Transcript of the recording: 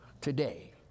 today